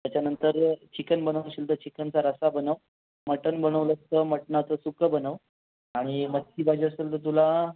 त्याच्यानंतर चिकन बनवशील तर चिकनचा रस्सा बनव मटन बनवलंस तर मटनाचं सुक्कं बनव आणि मच्छी पाहिजे असेल तर तुला